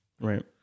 right